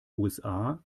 usa